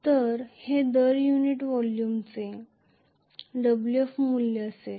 तर हे दर युनिट व्हॉल्यूमचे Wf मूल्य असेल